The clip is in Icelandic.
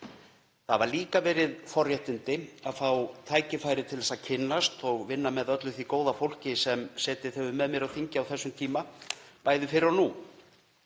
Það hafa líka verið forréttindi að fá tækifæri til að kynnast og vinna með öllu því góða fólki sem setið með mér á þingi á þessum tíma, bæði fyrr og nú.